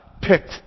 picked